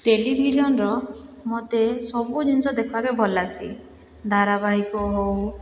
ଟେଲିଭିଜନର ମୋତେ ସବୁ ଜିନିଷ ଦେଖ୍ବାକେ ଭଲ ଲାଗ୍ସି ଧାରାବାହିକ ହେଉ